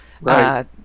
Right